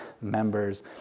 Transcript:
members